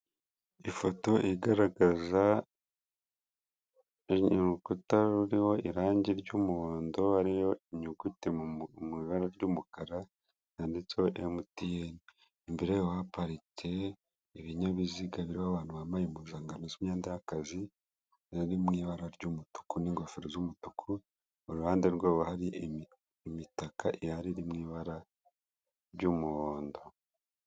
Ifoto igaragaza urukuta ruriho irangi ry'umuhondo ariyo inyuguti mu ibara ry'umukara yanditsweho emutiyeni, imbere haparitse ibinyabiziga birimo abantu bambaye impuzankano z'imyenda y'akazi zari mu ibara ry'umutuku, n'ingofero z'umutuku ruhande rwabo hari imitaka iri mu ibara ry'umuhondo.